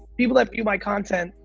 people that view my content,